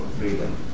freedom